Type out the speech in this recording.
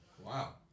Wow